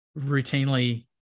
routinely